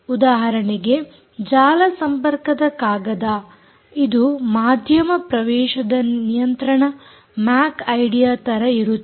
ಉದಾಹರಣೆಗೆ ಜಾಲ ಸಂಪರ್ಕದ ಕಾಗದ ಇದು ಮಾಧ್ಯಮ ಪ್ರವೇಶದ ನಿಯಂತ್ರಣ ಮ್ಯಾಕ್ ಐಡಿ ತರ ಇರುತ್ತದೆ